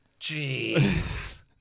Jeez